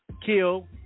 kill